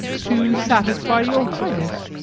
to satisfy your highness,